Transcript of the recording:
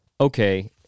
okay